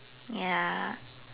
ya